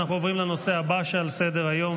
אנחנו עוברים לנושא הבא שעל סדר-היום,